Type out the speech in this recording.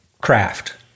craft